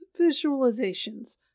visualizations